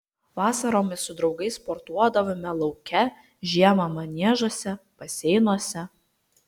vasaromis su draugais sportuodavome lauke žiemą maniežuose baseinuose